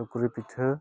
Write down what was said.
ᱥᱩᱠᱨᱤ ᱯᱤᱴᱷᱟᱹ